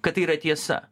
kad tai yra tiesa